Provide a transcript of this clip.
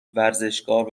ورزشکار